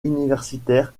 universitaire